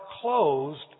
closed